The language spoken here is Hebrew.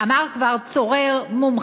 אם וכאשר יהיו.